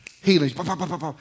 Healings